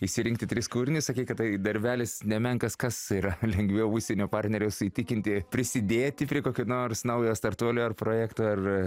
išsirinkti tris kūrinius sakei kad tai darbelis nemenkas kas yra lengviau užsienio partnerius įtikinti prisidėti prie kokio nors naujo startuolio ar projekto ar